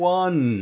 one